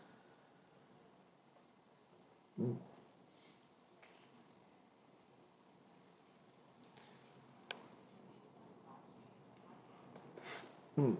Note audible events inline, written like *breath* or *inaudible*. mm *breath* mm